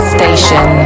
Station